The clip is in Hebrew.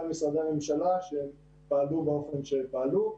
משרדי הממשלה שהם פעלו באופן שפעלו.